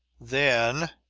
then